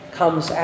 comes